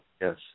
Yes